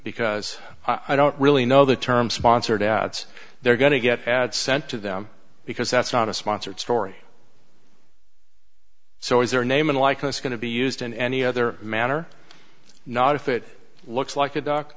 because i don't really know the term sponsored ads they're going to get ads sent to them because that's not a sponsored story so is their name and likeness going to be used in any other manner not if it looks like a duck